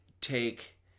take